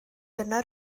dyna